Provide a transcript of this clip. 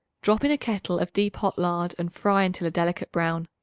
drop in a kettle of deep hot lard and fry until a delicate brown.